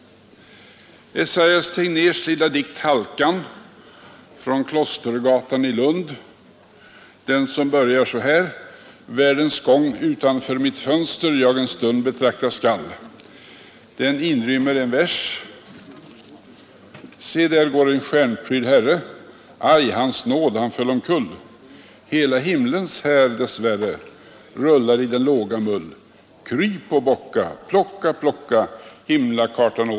Esaias Tegnérs lilla dikt Halkan, från Klostergatan i Lund, den som börjar så här: ”Världens gång utför mitt fönster jag en stund betrakta skall”, inrymmer strofen: ”Se, där går en stjärnprydd Herre. Hela himlens här, dess värre, rullar i den låga mull.